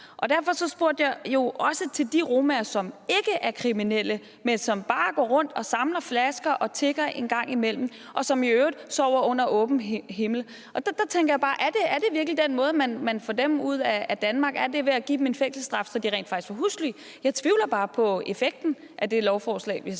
Og derfor spurgte jeg til de romaer, som ikke er kriminelle, men som bare går rundt og samler flasker og tigger en gang imellem, og som i øvrigt sover under åben himmel. Og der tænker jeg bare: Er det virkelig den måde, man får dem ud af Danmark på? Er det ved at give dem en fængselsstraf, hvor de rent faktisk får husly? Jeg tvivler bare på effekten af det lovforslag, hvis jeg